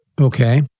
Okay